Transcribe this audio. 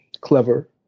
clever